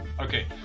Okay